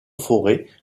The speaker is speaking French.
forêt